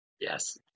Yes